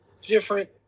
different